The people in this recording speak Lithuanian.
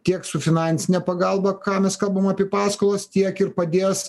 kiek su finansine pagalba ką mes kalbam apie paskolas tiek ir padės